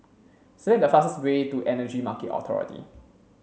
select the fastest way to Energy Market Authority